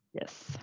Yes